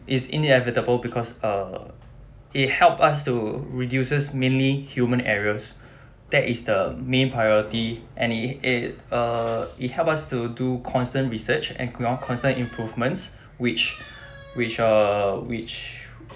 is inevitable because uh it helped us to reduces mainly human errors that is the main priority and it it uh it helped us to do constant research and constant improvements which which are which